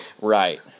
Right